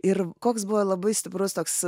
ir koks buvo labai stiprus toks